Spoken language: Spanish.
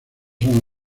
son